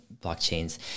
blockchains